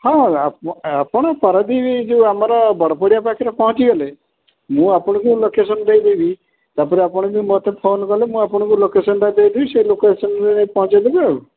ହଁ ଆପ ଆପଣ ପାରାଦ୍ୱୀପ ଯେଉଁ ଆମର ବଡ଼ବଡ଼ିଆ ପାଖରେ ପହଞ୍ଚିଗଲେ ମୁଁ ଆପଣଙ୍କୁ ଲୋକେସନ୍ ଦେଇଦେବି ତା'ପରେ ଆପଣ ବି ମୋତେ ଫୋନ୍ କଲେ ମୁଁ ଆପଣଙ୍କୁ ଲୋକେସନ୍ଟା ଦେଇଦେବି ସେ ଲୋକସନ୍ରେ ଯାଇ ପହଞ୍ଚାଇ ଦେବେ ଆଉ